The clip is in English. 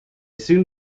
soon